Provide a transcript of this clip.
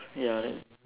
ya that